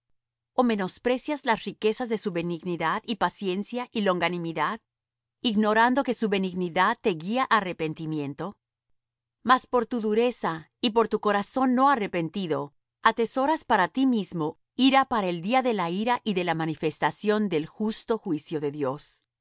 o menosprecias las riquezas de su benignidad y paciencia y longanimidad ignorando que su benignidad te guía á arrepentimiento mas por tu dureza y por tu corazón no arrepentido atesoras para ti mismo ira para el día de la ira y de la manifestación del justo juicio de dios